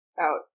out